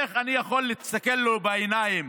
איך אני יכול להסתכל לו בעיניים?